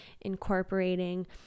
incorporating